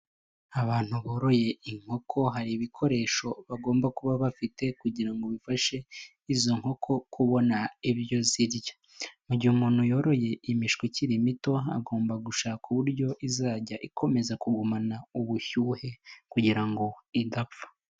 Abantu boroye inkoko hari ibikoresho bagomba kuba bafite kugira ngo bifashe izo nkoko kubona ibyo zirya, mu gihe umuntu yoroye imishwikiri mito agomba gushakakwa uburyo izajya ikomeza kugumana ubushyuhe kugira ngo idapfa.